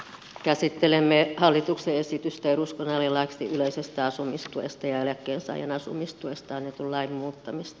käsittelemme hallituksen esitystä eduskunnalle laeiksi yleisestä asumistuesta ja eläkkeensaajan asumistuesta annetun lain muuttamisesta